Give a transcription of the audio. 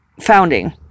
founding